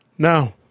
No